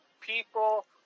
people